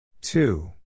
Two